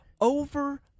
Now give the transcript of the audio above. over